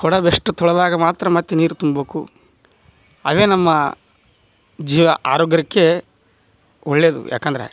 ಕೊಡ ಬೆಸ್ಟ್ ತೊಳ್ದಾಗ ಮಾತ್ರ ಮತ್ತೆ ನೀರು ತುಂಬೇಕು ಅವೇ ನಮ್ಮ ಜೀವ ಆರೋಗ್ಯಕ್ಕೆ ಒಳ್ಳೆಯದು ಯಾಕಂದ್ರೆ